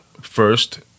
first